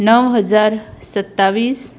णव हजार सत्तावीस